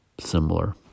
similar